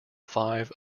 five